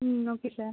ம் okay sir